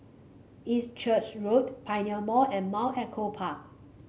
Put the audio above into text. East Church Road Pioneer Mall and Mount Echo Park